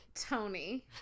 Tony